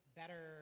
better